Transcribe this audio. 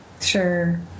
Sure